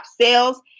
sales